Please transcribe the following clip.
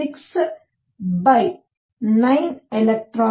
69 eV